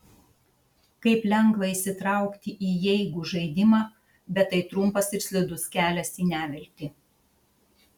kaip lengva įsitraukti į jeigu žaidimą bet tai trumpas ir slidus kelias į neviltį